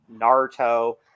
Naruto